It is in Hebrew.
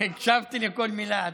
הקשבתי לכל מילה.